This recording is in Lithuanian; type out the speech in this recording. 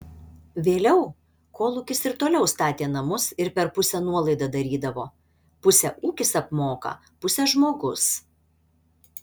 vėliau kolūkis ir toliau statė namus ir per pusę nuolaidą darydavo pusę ūkis apmoka pusę žmogus